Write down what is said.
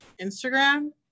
Instagram